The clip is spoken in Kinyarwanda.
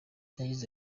yagize